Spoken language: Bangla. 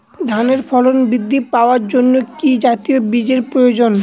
ধানে ফলন বৃদ্ধি পাওয়ার জন্য কি জাতীয় বীজের প্রয়োজন?